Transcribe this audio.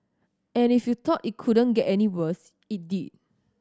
and if you thought it couldn't get any worse it did